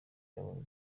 yabonye